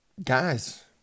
Guys